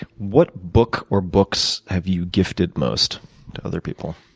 what book or books have you gifted most to other people?